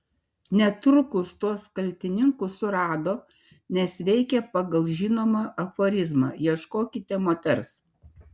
netrukus tuos kaltininkus surado nes veikė pagal žinomą aforizmą ieškokite moters